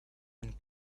and